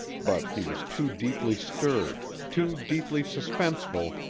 but he was too deeply stirred, too deeply suspenseful,